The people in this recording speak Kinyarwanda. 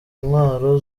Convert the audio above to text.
intwaro